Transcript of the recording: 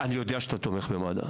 אני יודע שאתה תומך במד"א.